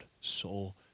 soul